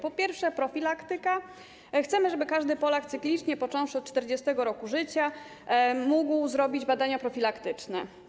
Po pierwsze, profilaktyka: Chcemy, żeby każdy Polak cyklicznie, począwszy od 40. roku życia, mógł zrobić badania profilaktyczne.